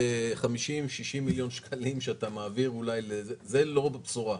זה 50, 60 מיליון שקלים שאתה מעביר, זה לא בשורה.